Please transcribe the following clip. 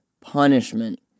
punishment